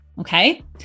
Okay